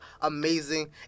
amazing